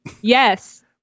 Yes